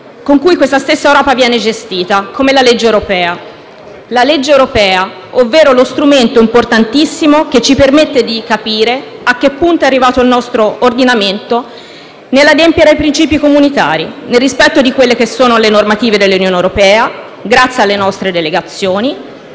con cui questa stessa Europa viene gestita come la legge europea, uno strumento importantissimo che ci permette di capire a che punto è arrivato il nostro ordinamento nell'adempiere ai principi comunitari nel rispetto delle normative dell'Unione europea. Grazie alle nostre delegazioni,